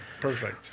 perfect